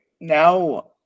now